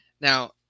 Now